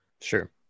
Sure